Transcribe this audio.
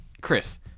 chris